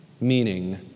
meaning